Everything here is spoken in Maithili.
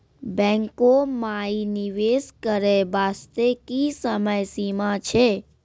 बैंको माई निवेश करे बास्ते की समय सीमा छै?